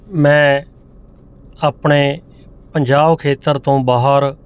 ਮੈਂ ਆਪਣੇ ਪੰਜਾਬ ਖੇਤਰ ਤੋਂ ਬਾਹਰ